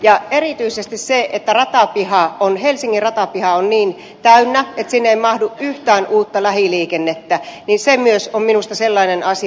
ja erityisesti se että helsingin ratapiha on niin täynnä että sinne ei mahdu yhtään uutta lähiliikennettä on myös minusta sellainen asia